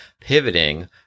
pivoting